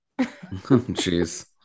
Jeez